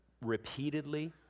repeatedly